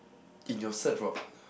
in your search for a partner